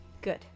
Good